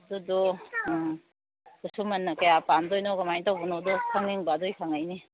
ꯑꯗꯨꯗꯣ ꯈꯨꯁꯨꯃꯟꯅ ꯀꯌꯥ ꯄꯥꯟꯗꯣꯏꯅꯣ ꯀꯃꯥꯏꯅ ꯇꯧꯕꯅꯣꯗꯨ ꯈꯪꯅꯤꯡꯕ ꯑꯗꯨꯒꯤ ꯍꯪꯂꯛꯏꯅꯤ